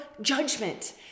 judgment